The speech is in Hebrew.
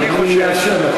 אאפשר לו.